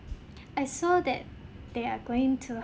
I saw that they are going to